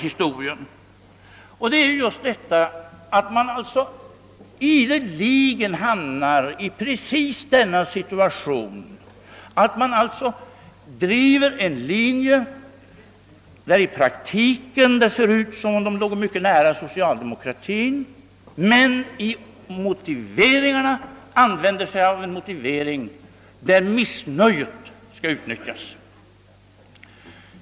Vi hamnar ideligen i precis samma situation: man driver en linje, som i praktiken förefaller att ligga mycket nära socialdemokratins, men för denna linje utnyttjar man det missnöje som kan finnas.